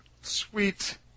sweet